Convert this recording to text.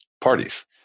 parties